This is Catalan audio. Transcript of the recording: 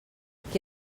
qui